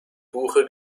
buche